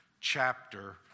chapter